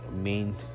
main